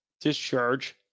discharge